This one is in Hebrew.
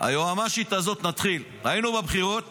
היועמ"שית הזאת, נתחיל: היינו בבחירות